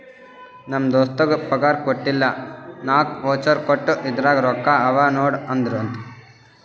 ನಮ್ ದೋಸ್ತಗ್ ಪಗಾರ್ ಕೊಟ್ಟಿಲ್ಲ ನಾಕ್ ವೋಚರ್ ಕೊಟ್ಟು ಇದುರಾಗೆ ರೊಕ್ಕಾ ಅವಾ ನೋಡು ಅಂದ್ರಂತ